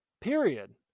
period